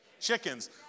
chickens